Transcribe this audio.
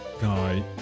guy